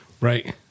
Right